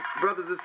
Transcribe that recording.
brothers